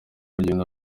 urugendo